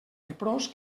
leprós